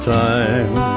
time